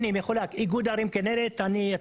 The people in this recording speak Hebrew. הנה, מחולק איגוד ערים כינרת, זה